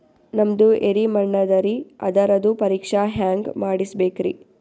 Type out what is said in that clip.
ನಮ್ದು ಎರಿ ಮಣ್ಣದರಿ, ಅದರದು ಪರೀಕ್ಷಾ ಹ್ಯಾಂಗ್ ಮಾಡಿಸ್ಬೇಕ್ರಿ?